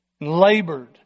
Labored